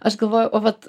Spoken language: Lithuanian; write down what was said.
aš galvoju o vat